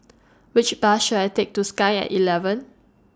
Which Bus should I Take to Sky At eleven